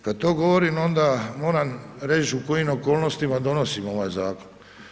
Kada to govorim onda moram reć u kojim okolnostima donosimo ovaj zakon.